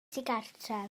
digartref